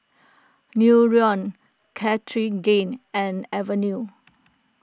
Nutren Cartigain and Avenue